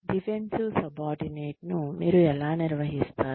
defensive subordinate ను మీరు ఎలా నిర్వహిస్తారు